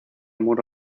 muro